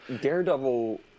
Daredevil